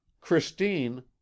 Christine